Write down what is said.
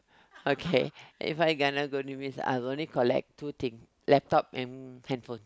okay If I gonna go I will only collect two things laptop and handphone